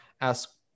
ask